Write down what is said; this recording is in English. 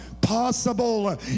possible